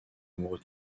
amoureux